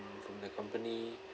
mm from the company